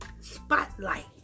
spotlight